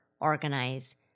organize